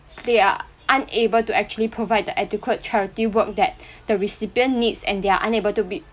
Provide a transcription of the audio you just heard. they are unable to actually provide the adequate charity work that the recipient needs and they are unable to be